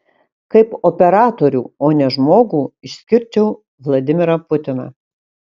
kaip operatorių o ne žmogų išskirčiau vladimirą putiną